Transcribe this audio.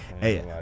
hey